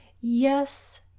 Yes